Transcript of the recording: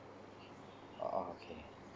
oh okay